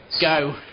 go